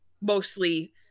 mostly